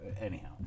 Anyhow